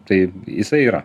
tai jisai yra